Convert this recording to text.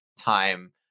Time